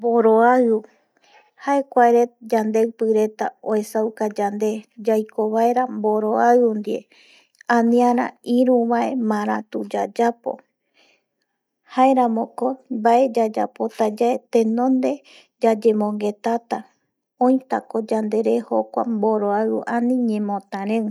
Mboroaiu jae kuae yandeipi reta oesauka yande yaiko vaera mboroaiu ndie aniara ïruvae marätu yayapo jaeramoko mbae yayapotayae tenonde yayemonguetata, oitako yandere jokuae mboroaiu ani ñemotarei